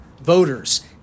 voters